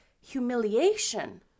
humiliation